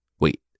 Wait